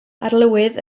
arlywydd